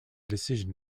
decision